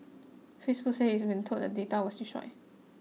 Facebook said it has been told that the data were destroyed